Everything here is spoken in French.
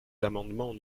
l’amendement